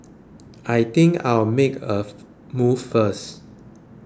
I think I'll make a move first